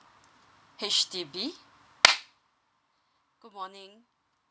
H_D_B good morning